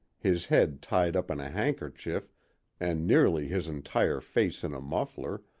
his head tied up in a handkerchief and nearly his entire face in a muffler,